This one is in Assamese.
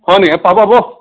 হয় নেকি পাব পাব